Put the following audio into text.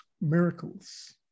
miracles